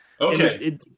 Okay